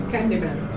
Candyman